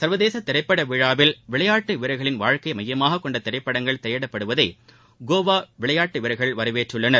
சர்வதேச திரைப்பட விழாவில் விளையாட்டு வீரர்களின் வாழ்க்கையை மையமாகக்கொண்ட திரைப்படங்கள திரையிடப்படுவதை கோவா விளையாட்டு வீரர்கள் வரவேற்றுள்ளனர்